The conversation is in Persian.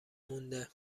مونده